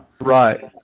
Right